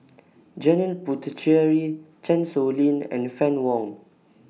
Janil Puthucheary Chan Sow Lin and Fann Wong